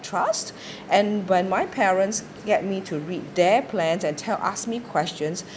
trust and when my parents get me to read their plans and tell ask me questions